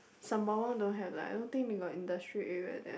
Sembawang don't have lah I don't think they got industry area there